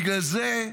בגלל זה,